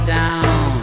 down